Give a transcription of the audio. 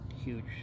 huge